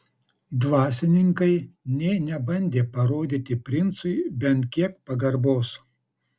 dvasininkai nė nebandė parodyti princui bent kiek pagarbos